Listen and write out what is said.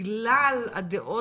בגלל הדעות